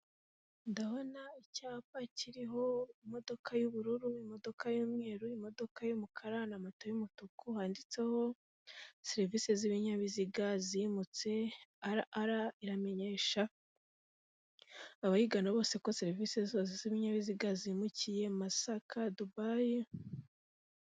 Ndabona icyapa kiriho imodoka y'ubururu imodoka y'umweru, imodoka y'umukara, na moto y'umutuku, handitseho serivisi z'ibinyabiziga zimutse arara iramenyesha abayigana bose ko serivisise z'ibinyabiziga zimukiye masaka dubai.